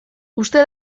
uste